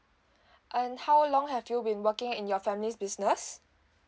and how long have you been working in your family's business